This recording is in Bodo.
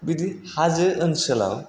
बिदि हाजो ओनसोलाव